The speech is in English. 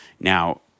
Now